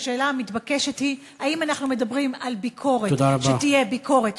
השאלה המתבקשת היא האם אנחנו מדברים על ביקורת שתהיה ביקורת,